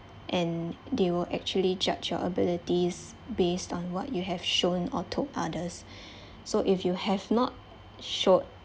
and they will actually judge your abilities based on what you have shown or to others so if you have not showed